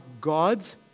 God's